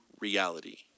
reality